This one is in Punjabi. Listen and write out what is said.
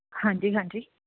ਹਾਂਜੀ ਹਾਂਜੀ